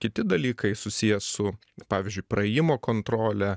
kiti dalykai susiję su pavyzdžiui praėjimo kontrole